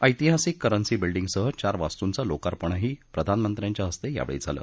ऐतिहासिक करन्सी विल्डींगसह चार वास्तूंचं लोकार्पणही प्रधानमंत्र्यांच्या हस्ते यावेळी झालं